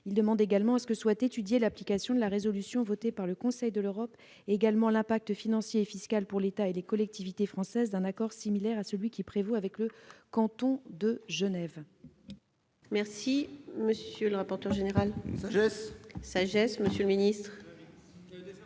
Ils veulent également que soient étudiés l'application de la résolution votée par le Conseil de l'Europe ainsi que l'impact financier et fiscal, pour l'État et les collectivités françaises, d'un accord similaire à celui qui prévaut avec le canton de Genève.